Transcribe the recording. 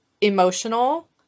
emotional